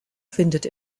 findet